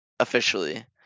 officially